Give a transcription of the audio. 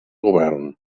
govern